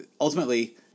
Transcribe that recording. ultimately